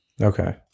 Okay